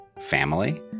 family